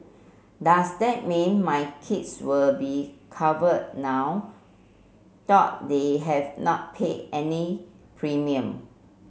does that mean my kids will be covered now though they have not paid any premium